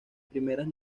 primeras